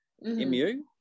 Mu